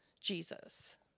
Jesus